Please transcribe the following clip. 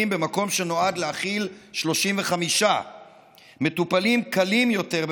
במקום שנועד להכיל 35. מטופלים "קלים יותר",